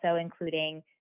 including